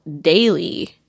daily